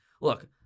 look